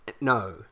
No